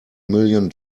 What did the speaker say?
million